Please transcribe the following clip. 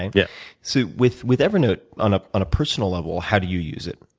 and yeah so with with evernote, on ah on a personal level, how do you use it?